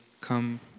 come